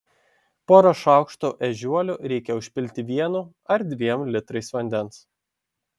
porą šaukštų ežiuolių reikia užpilti vienu ar dviem litrais vandens